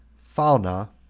phalna,